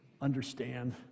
understand